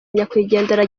nyakwigendera